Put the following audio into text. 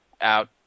out